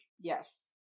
Yes